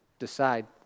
decide